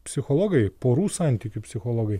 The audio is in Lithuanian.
psichologai porų santykių psichologai